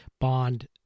Bond